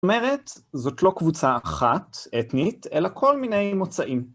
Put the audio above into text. זאת אומרת, זאת לא קבוצה אחת אתנית, אלא כל מיני מוצאים.